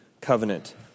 covenant